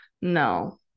No